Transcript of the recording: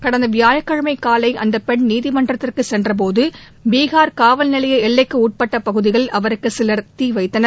கடந்த வியாழக்கிழமை காலை அந்த பெண் நீதிமன்றத்திற்கு சென்ற போது பிஹார் காவல் நிலைய எல்லைக்கு உட்பட்ட பகுதியில் அவருக்கு சிலர் தீ வைத்தனர்